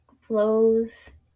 flows